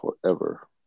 forever